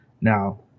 Now